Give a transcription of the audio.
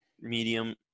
medium